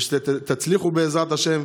שתצליחו בעזרת השם,